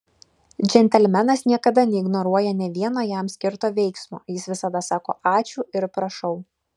džentelmenas niekada neignoruoja nė vieno jam skirto veiksmo jis visada sako ačiū ir prašau